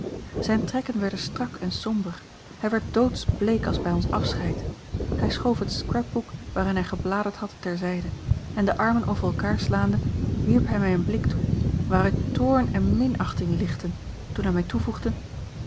zijne trekken werden strak en somber hij werd doodsbleek als bij ons afscheid hij schoof het scrapbook waarin hij gebladerd had ter zijde en de armen over elkaar slaande wierp hij mij een blik toe waaruit toorn en minachting lichtten toen hij mij toevoegde